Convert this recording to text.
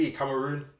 Cameroon